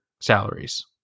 salaries